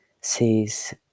sees